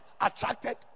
attracted